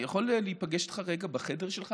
אני יכול להיפגש איתך רגע בחדר שלך,